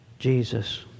Jesus